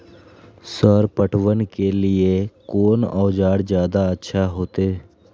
Sir पटवन के लीऐ कोन औजार ज्यादा अच्छा होते?